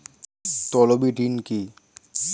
তলবি ঋন কি?